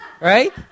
right